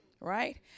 right